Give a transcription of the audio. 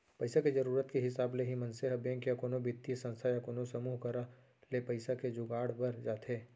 पइसा के जरुरत के हिसाब ले ही मनसे ह बेंक या कोनो बित्तीय संस्था या कोनो समूह करा ले पइसा के जुगाड़ बर जाथे